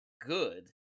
good